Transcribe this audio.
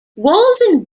walden